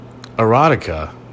Erotica